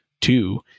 two